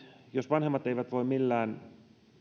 jos vanhemmat eivät voi millään